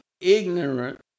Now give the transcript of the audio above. ignorant